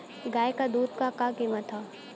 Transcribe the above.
गाय क दूध क कीमत का हैं?